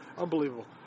unbelievable